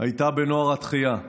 הייתה בנוער התחייה.